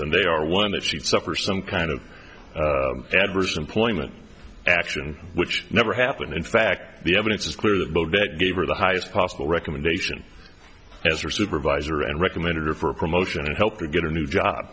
and they are one that she did suffer some kind of adverse employment action which never happened in fact the evidence is clear that bobette gave her the highest possible recommendation as her supervisor and recommended her for a promotion to help her get a new job